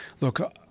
Look